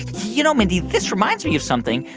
you know, mindy, this reminds me of something.